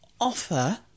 offer